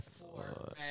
Four